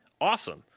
awesome